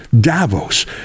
davos